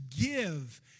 give